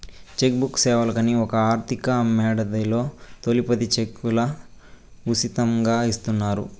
check book సేవలకని ఒక ఆర్థిక యేడాదిలో తొలి పది సెక్కులు ఉసితంగా ఇస్తున్నారు